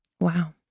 wow